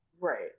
Right